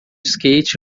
skate